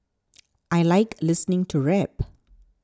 I like listening to rap